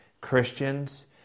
Christians